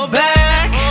back